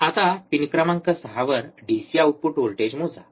आता पिन क्रमांक 6 वर डीसी आउटपुट व्होल्टेज मोजा